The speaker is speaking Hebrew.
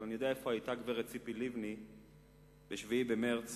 אבל אני יודע איפה היתה הגברת ציפי לבני ב-7 במרס